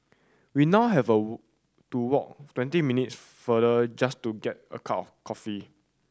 we now have a to walk twenty minutes farther just to get a cup of coffee